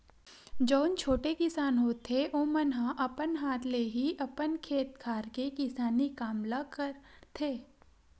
जउन छोटे किसान होथे ओमन ह अपन हाथ ले ही अपन खेत खार के किसानी काम ल करथे